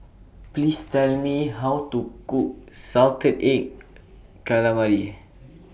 Please Tell Me How to Cook Salted Egg Calawari